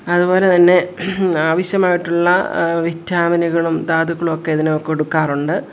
അതുപോലെ തന്നെ ആവശ്യമായിട്ടുള്ള വിറ്റാമിനുകളും ധാതുക്കളോക്കെ ഇതിന് കൊടുക്കാറുണ്ട്